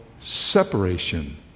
separation